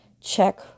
check